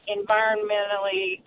environmentally